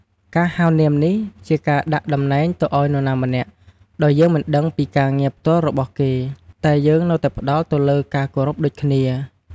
ការហៅនាមនេះជាការដាក់ដំណែងទៅឲ្យនរណាម្នាក់ដោយយើងមិនដឹងពីការងារផ្ទាល់របស់គេ តែយើងនៅតែផ្ដល់ទៅលើការគោរពដូចគ្នា។